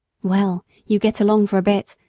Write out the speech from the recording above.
well, you get along for a bit,